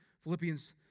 Philippians